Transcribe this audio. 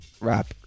Rap